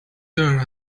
there